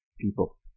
people